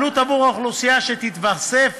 עלות עבור האוכלוסייה שתתווסף